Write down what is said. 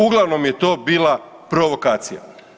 Uglavnom je to bila provokacija.